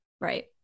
Right